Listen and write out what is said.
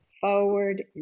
forward